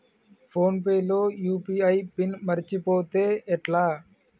Phone pay లో UPI PIN మరచిపోతే ఎట్లా?